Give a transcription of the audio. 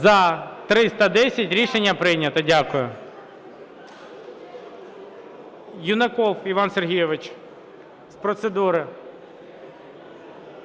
За-310 Рішення прийнято. Дякую. Юнаков Іван Сергійович, з процедури.